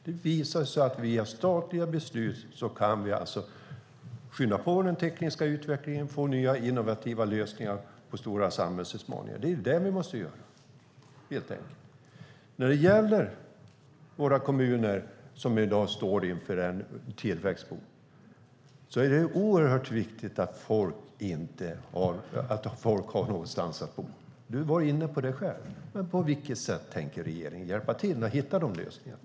Det visar sig att vi via statliga beslut alltså kan skynda på den tekniska utvecklingen och få nya innovativa lösningar på stora samhällsutmaningar. Det är det vi måste göra helt enkelt. När det gäller våra kommuner, som i dag står inför en tillväxtboom, är det oerhört viktigt att folk har någonstans att bo. Johan Johansson var inne på det själv. På vilket sätt tänker regeringen hjälpa till att hitta de lösningarna?